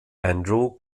andrew